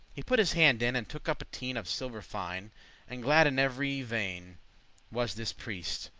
he put his hand in, and took up a teine of silver fine and glad in every vein was this priest,